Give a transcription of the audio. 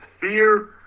fear